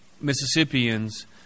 Mississippians